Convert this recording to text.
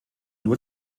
nur